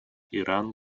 иран